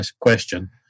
question